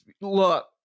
look